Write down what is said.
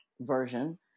version